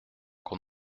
qu’on